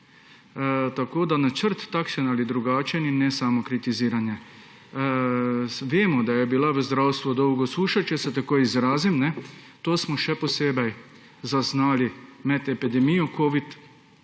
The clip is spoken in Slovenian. Načrt, takšen ali drugačen, in ne samo kritiziranje. Vemo, da je bila v zdravstvu dolgo suša, če se tako izrazim. To smo še posebej zaznali med epidemijo covida-19.